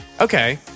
Okay